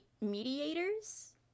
mediators